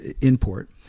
import